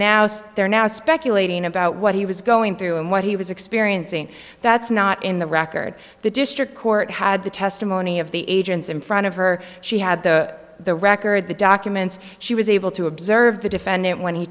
so they're now speculating about what he was going through and what he was experiencing that's not in the record the district court had the testimony of the agents in front of her she had the the record the documents she was able to observe the defendant when he